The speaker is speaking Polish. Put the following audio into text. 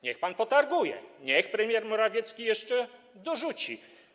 Niech pan się potarguje, niech premier Morawiecki jeszcze dorzuci.